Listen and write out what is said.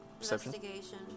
Investigation